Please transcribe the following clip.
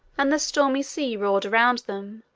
and the stormy sea roared round them,